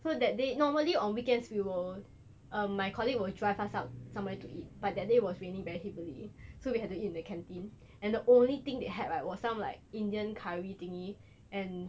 so that day normally on weekends we will um my colleague will drive us out somewhere to eat but that day was raining very heavily so we have to eat in the canteen and the only thing they had right what some like indian curry thingy and